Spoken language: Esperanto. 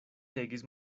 legis